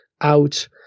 out